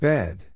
Bed